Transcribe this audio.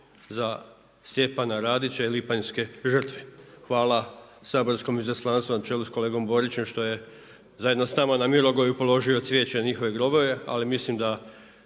Hvala.